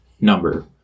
number